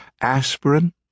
Aspirin